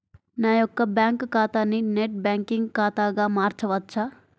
నా యొక్క బ్యాంకు ఖాతాని నెట్ బ్యాంకింగ్ ఖాతాగా మార్చవచ్చా?